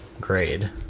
grade